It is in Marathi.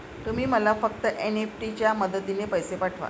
तुम्ही मला फक्त एन.ई.एफ.टी च्या मदतीने पैसे पाठवा